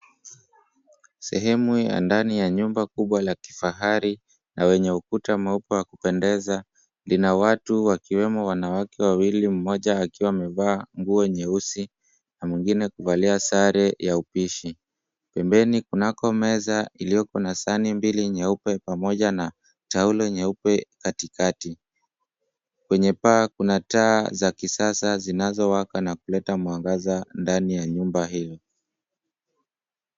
Sehemu ya ndani ya nyumba kubwa ya kifahari na wenye ukuta mweupe wa kupendeza lina watu wakiwemo wawili mmoja akiwa amevaa nyeusi na mwingine kuvalia sare ya upishi. Pembeni kunako meza iliyoko na sahani mbili nyeupe pamoja na taulo katika. Kwenye paa kuna taa za kisasa zinazowaka na kuleta mwangaza ndani ya nyumba hiyo.